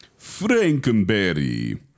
Frankenberry